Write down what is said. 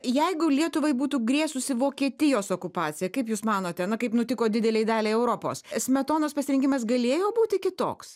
jeigu lietuvai būtų grėsusi vokietijos okupacija kaip jūs manote na kaip nutiko didelei daliai europos smetonos pasirinkimas galėjo būti kitoks